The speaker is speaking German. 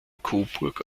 coburg